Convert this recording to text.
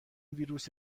ویروس